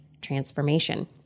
transformation